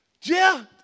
Jeff